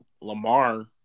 Lamar